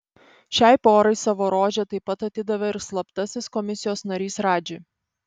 šiai porai savo rožę taip pat atidavė ir slaptasis komisijos narys radži